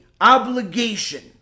obligation